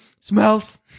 Smells